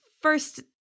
first